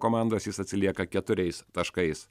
komandos jis atsilieka keturiais taškais